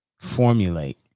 formulate